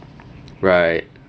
right